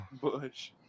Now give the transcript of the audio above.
Bush